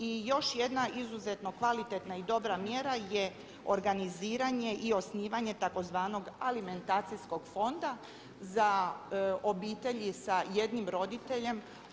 I još jedna izuzetno kvalitetna i dobra mjera je organiziranje i osnivanje tzv. alimentacijskog fonda za obitelji sa jednim roditeljem.